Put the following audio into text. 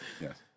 yes